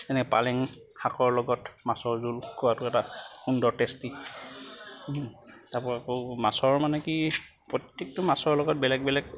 এনেকে পালেং শাকৰ লগত মাছৰ জোল খোৱাটো এটা সুন্দৰ টেষ্টি তাৰ পৰা আকৌ মাছৰ মানে কি প্ৰত্যেকটো মাছৰ লগত বেলেগ বেলেগ